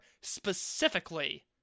specifically